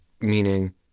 meaning